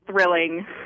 thrilling